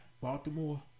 Baltimore